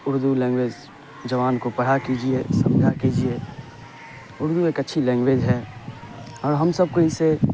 Urdu language زبان کو پڑھا کیجیے سمجھا کیجیے اردو ایک اچھی لینگویج ہے اور ہم سب کو اس سے